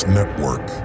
Network